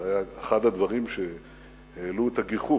זה היה אחד הדברים שהעלו את הגיחוך,